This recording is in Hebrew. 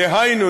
דהיינו,